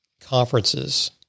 Conferences